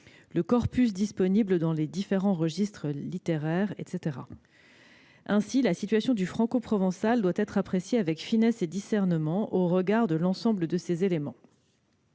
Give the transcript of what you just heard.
le corpus disponible dans les différents registres littéraires ... Ainsi, la situation du francoprovençal doit être appréciée avec finesse et discernement, au regard de l'ensemble de ces éléments.